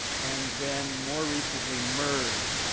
and then more recently mers,